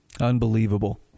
Unbelievable